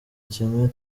kimwe